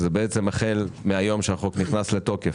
שזה החל מהיום שהחוק נכנס לתוקף,